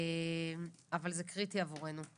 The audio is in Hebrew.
אבל זה קריטי עבורנו.